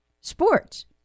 sports